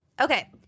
okay